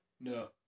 No